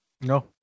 No